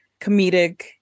comedic